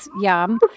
Yum